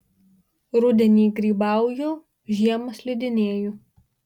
rudenį grybauju žiemą slidinėju